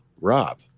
Rob